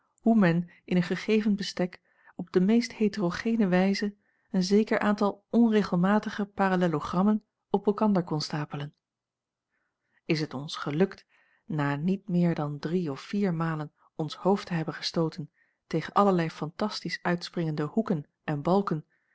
hoe men in een gegeven bestek op de meest heterogene wijze een zeker aantal onregelmatige parallelogrammen op elkander kon stapelen is het ons gelukt na niet meer dan drie of vier malen ons hoofd te hebben gestooten tegen allerlei fantastisch uitspringende hoeken en balken